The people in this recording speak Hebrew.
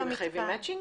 אתם מחייבים מצ'ינג?